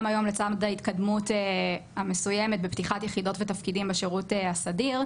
היום לצד ההתקדמות המסוימת ופתיחת יחידות ותפקידים בשירות הסדיר,